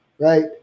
right